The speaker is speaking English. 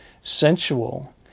sensual